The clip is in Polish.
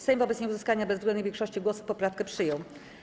Sejm wobec nieuzyskania bezwzględnej większości głosów poprawkę przyjął.